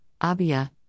Abia